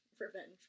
revenge